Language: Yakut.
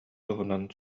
туһунан